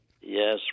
Yes